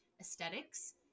aesthetics